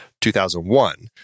2001